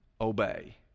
obey